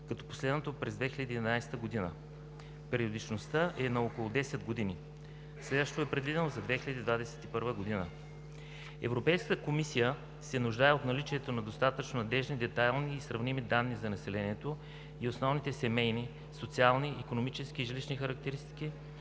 като последното е през 2011 г. Периодичността е на около 10 години. Следващото е предвидено за 2021 г. Европейската комисия се нуждае от наличието на достатъчно надеждни, детайлни и сравними данни за населението и основните семейни, социални, икономически и жилищни характеристики